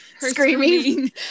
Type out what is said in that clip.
screaming